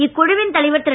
இக்குழுவின் தலைவர் திரு